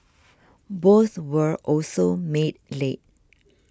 both were also made late